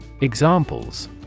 Examples